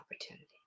opportunity